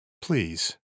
Please